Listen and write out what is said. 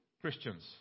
Christians